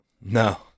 No